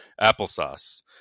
applesauce